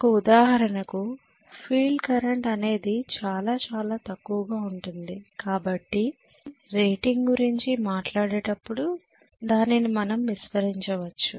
ఒక ఉదాహరణకు field current అనేది చాలా చాలా తక్కువగా ఉంటుంది కాబట్టి రేటింగ్ గురించి మాట్లాడేటప్పుడు దానిని మనము విస్మరించవచ్చు